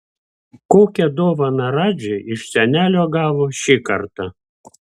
kokią dovaną radži iš senelio gavo šį kartą